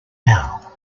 now